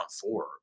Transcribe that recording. four